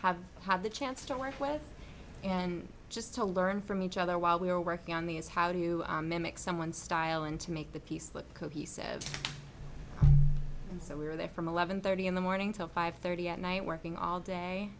have had the chance to work with and just to learn from each other while we are working on these how do you mimic someone's style and to make the piece look cohesive and so we were there from eleven thirty in the morning till five thirty at night working all day